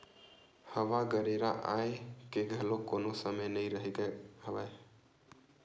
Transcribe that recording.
हवा गरेरा आए के घलोक कोनो समे नइ रहिगे हवय